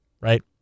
Right